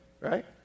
right